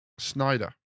Snyder